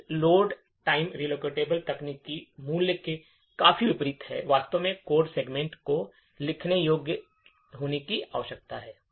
यह load time relocatable तकनीक मूल्य के काफी विपरीत है वास्तव में कोड सेगमेंट को लिखने योग्य होने की आवश्यकता है